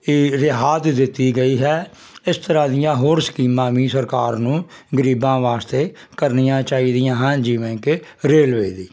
ਇਹ ਰਿਆਤ ਦਿੱਤੀ ਗਈ ਹੈ ਇਸ ਤਰ੍ਹਾਂ ਦੀਆਂ ਹੋਰ ਸਕੀਮਾਂ ਵੀ ਸਰਕਾਰ ਨੂੰ ਗਰੀਬਾਂ ਵਾਸਤੇ ਕਰਨੀਆਂ ਚਾਹੀਦੀਆਂ ਹਨ ਜਿਵੇਂ ਕਿ ਰੇਲਵੇ ਦੀ